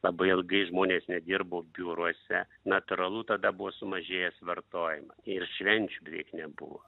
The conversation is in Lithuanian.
labai ilgai žmonės nedirbo biuruose natūralu tada buvo sumažėjęs vartojimas ir švenčių beveik nebuvo